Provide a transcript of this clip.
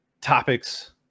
topics